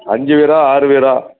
அஞ்சுபேரா ஆறுபேரா